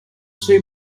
two